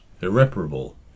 irreparable